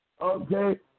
okay